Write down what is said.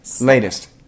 Latest